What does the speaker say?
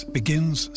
begins